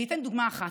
אני אתן דוגמה אחת.